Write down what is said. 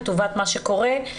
לטובת מה שקורה.